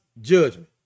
judgment